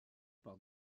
par